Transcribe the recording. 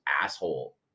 asshole